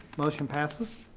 motion passes.